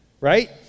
right